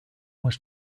was